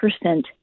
percent